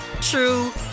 true